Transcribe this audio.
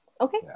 okay